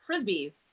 Frisbees